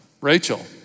Rachel